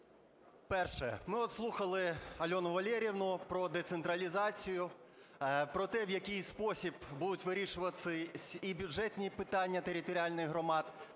Перше. Ми слухали Альону Валеріївну про децентралізацію, про те, в який спосіб будуть вирішуватись і бюджетні питання територіальних громад.